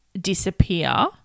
disappear